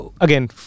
again